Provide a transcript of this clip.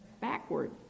backward